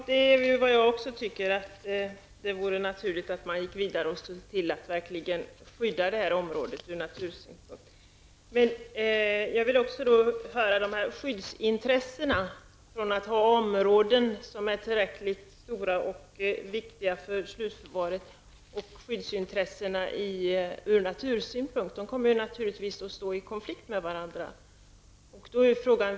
Herr talman! Jag tycker också att det vore naturligt att gå vidare för att verkligen skydda området ur naturvårdssynpunkt. Intresset att ha områden som är tillräckligt stora och viktiga för slutförvar och skyddsintresset ur naturvårdssynpunkt kommer naturligtvis att stå i konflikt med varandra.